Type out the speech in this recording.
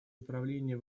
управление